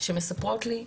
שמספרות לי,